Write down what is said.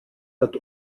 hat